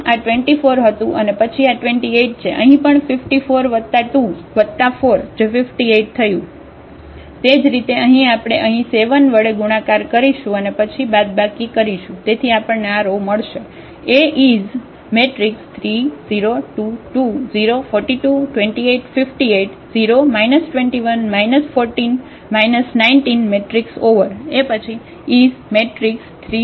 આમ આ 24 હતું અને પછી આ 28 છે અહીં પણ 54 વત્તા 2 વત્તા 4 જે 58 થયું અને તે જ રીતે અહીં આપણે અહીં 7 વડે ગુણાકાર કરીશું અને પછી બાદબાકી કરીશું તેથી આપણને આ રો મળશે